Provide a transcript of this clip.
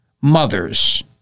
mothers